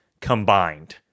combined